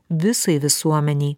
visai visuomenei